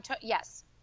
yes